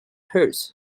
hurts